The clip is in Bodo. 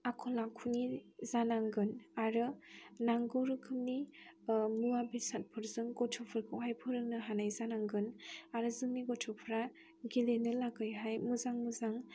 आखल आखुनि जानांगोन आरो नांगौ रोखोमनि मुवा बेसादफोरजों गथ'फोरखौहाय फोरोंनो हानाय जानांगोन आरो जोंनि गथ'फ्रा गेलेनो लागैहाय मोजां मोजां